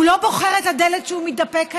הוא לא בוחר את הדלת שהוא מתדפק עליה,